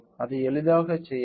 அதை எளிதாகச் செய்யலாம்